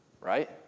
right